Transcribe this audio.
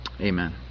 amen